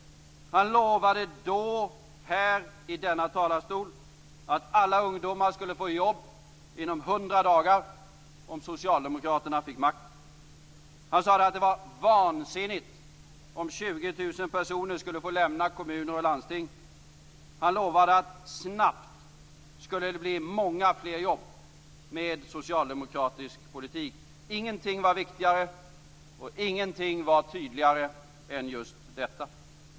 Han lovade, här i denna talarstol, att alla ungdomar skulle få jobb inom hundra dagar om socialdemokraterna fick makten. Han sade att det var vansinnigt om 20 000 personer skulle få lämna kommuner och landsting. Han lovade att det snabbt skulle bli många fler jobb med socialdemokratisk politik. Ingenting var viktigare och ingenting var tydligare än just detta.